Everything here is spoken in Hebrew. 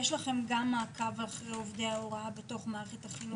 לכם מעקב אחרי עובדי ההוראה בתוך מערכת החינוך החרדי?